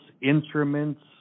instruments